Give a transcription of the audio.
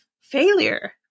failure